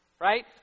Right